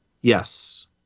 Yes